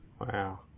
Wow